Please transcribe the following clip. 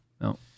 No